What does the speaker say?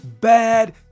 bad